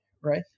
right